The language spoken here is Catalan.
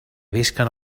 visquen